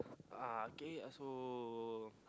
uh K so